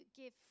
give